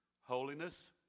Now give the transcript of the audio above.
holiness